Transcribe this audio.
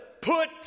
put